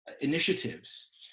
initiatives